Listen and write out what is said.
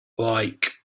like